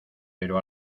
pero